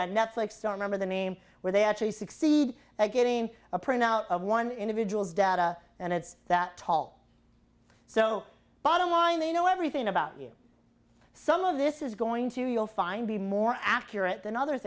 i remember the name where they actually succeed at getting a print out of one individual's data and it's that tall so bottom line they know everything about you some of this is going to you'll find be more accurate than other